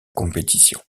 compétition